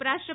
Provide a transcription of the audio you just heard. ઉપરાષ્ટ્ર